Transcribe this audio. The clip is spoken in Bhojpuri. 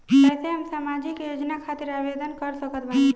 कैसे हम सामाजिक योजना खातिर आवेदन कर सकत बानी?